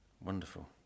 Wonderful